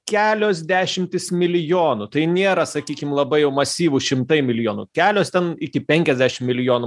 kelios dešimtys milijonų tai nėra sakykim labai jau masyvų šimtai milijonų kelios ten iki penkiasdešim milijonų